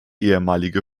ehemalige